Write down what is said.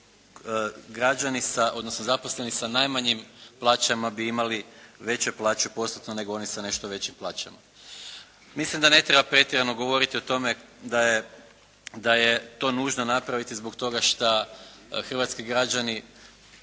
građani sa, odnosno zaposleni sa najmanjim plaćama bi imali veće plaće postotno nego oni sa nešto većim plaćama. Mislim da ne treba pretjerano govoriti o tome da je to nužno napraviti zbog toga šta hrvatski građani